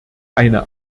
eine